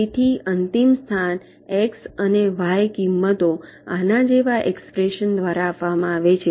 તેથી અંતિમ સ્થાન એક્સ અને વાય કિંમતો આના જેવા એક્સપ્રેશન દ્વારા આપવામાં આવે છે